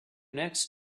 next